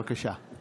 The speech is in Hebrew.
בבקשה.